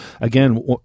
again